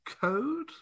code